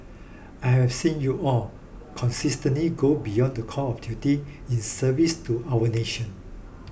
I have seen you all consistently go beyond the call of duty in service to our nation